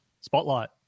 Spotlight